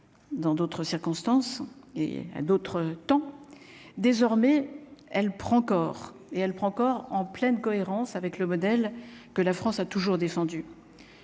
dans d'autres circonstances, et d'autres temps, désormais elle prend corps et elle prend corps en pleine cohérence avec le modèle que la France a toujours défendu.